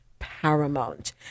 paramount